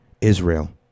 Israel